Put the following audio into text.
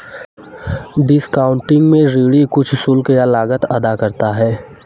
discounting में ऋणी कुछ शुल्क या लागत अदा करता है